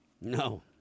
No